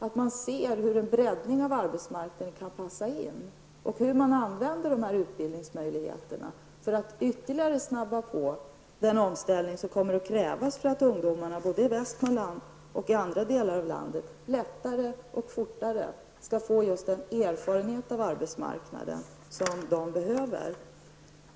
Det gäller att se hur en breddning av arbetsmarknaden kan passa in och hur man använder dessa utbildningsmöjligheter för att ytterligare snabba på den omställning som kommer att krävas för att ungdomarna både i Västmanland och i andra delar av landet lättare och fortare skall få den erfarenhet av arbetsmarknaden som de behöver.